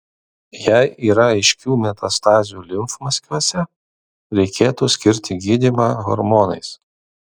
jei yra aiškių metastazių limfmazgiuose reikėtų skirti gydymą hormonais